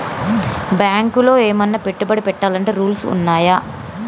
బ్యాంకులో ఏమన్నా పెట్టుబడి పెట్టాలంటే రూల్స్ ఉన్నయా?